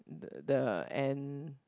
the and